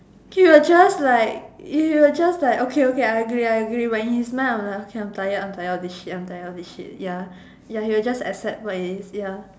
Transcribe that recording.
she will just like she will just like okay okay I agree I agree when he's mind like I am tired I am tired of this shit I am tired of this shit ya ya he will just accept what it is ya